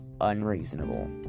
unreasonable